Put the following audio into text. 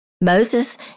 Moses